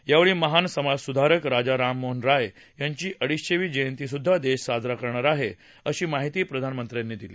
यावेळी महान समाजसुधारक राजा राम मोहन रॉय यांची अडीचशेवी जयंतीसुद्वा देश साजरा करणार आहे अशी माहिती प्रधानमंत्री मोदी यांनी दिली